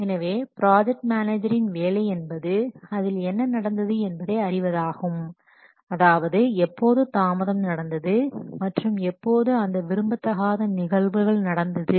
எனவே ப்ராஜெக்ட் மேனேஜரின் வேலை என்பது அதில் என்ன நடந்தது என்பதை அறிவதாகும் அதாவது எப்போது தாமதம் நடந்தது மற்றும் எப்போது அந்த விரும்பத்தகாத நிகழ்வுகள் நடந்தது ஆகியவற்றை கண்டுபிடிப்பாகும்